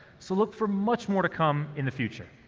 so look for much more to come in the future.